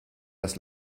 das